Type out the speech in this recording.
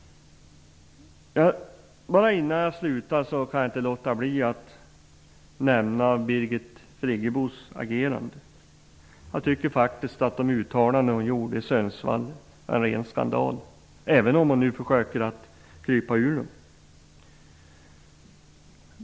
Innan jag slutar kan jag inte låta bli att nämna Birgit Friggebos agerande. Jag tycker att de uttalanden som hon gjorde i Sundsvall är en ren skandal -- även om hon nu försöker krypa undan.